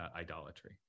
idolatry